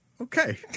Okay